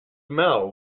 smell